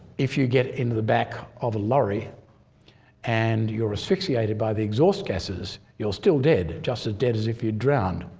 if you get into the back of a lorry and you're asphyxiated by the exhaust gases, you're still dead just as dead as if you drowned.